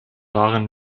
waren